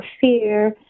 fear